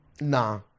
Nah